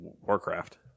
Warcraft